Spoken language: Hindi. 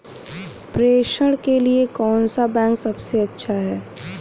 प्रेषण के लिए कौन सा बैंक सबसे अच्छा है?